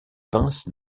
pince